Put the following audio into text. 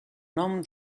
nom